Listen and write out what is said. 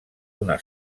una